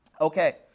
Okay